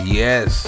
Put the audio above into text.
yes